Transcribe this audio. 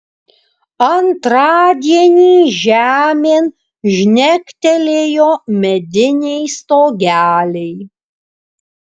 antradienį žemėn žnektelėjo mediniai stogeliai